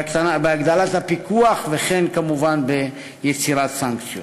בהרחבת הפיקוח וכמובן ביצירת סנקציות.